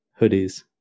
hoodies